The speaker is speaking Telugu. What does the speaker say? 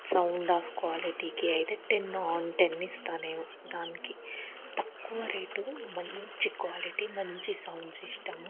సౌండ్ ఆఫ్ క్వాలిటీకి అయితే టెన్ ఆన్ టెన్ ఇస్తాను నేను దానికి తక్కువ రేటు మంచి క్వాలిటీ మంచి సౌండ్ సిస్టము